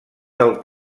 del